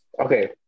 Okay